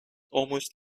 almost